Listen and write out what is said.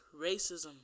racism